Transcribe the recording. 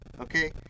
Okay